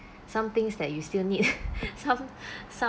some things that you still need some some